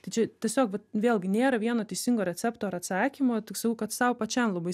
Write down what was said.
tai čia tiesiog vat vėlgi nėra vieno teisingo recepto ar atsakymo tik sakau kad sau pačiam labai